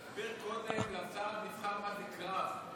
תסביר קודם לשר הנבחר מה זה קרב.